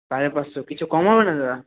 সাড়ে পাঁচশো কিছু কম হবে না দাদা